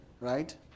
right